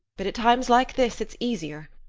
but at times like this it's easier.